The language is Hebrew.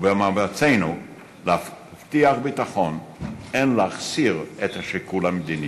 ובמאמצינו להבטיח ביטחון אין להחסיר את השיקול המדיני.